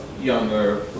younger